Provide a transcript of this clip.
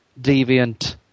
Deviant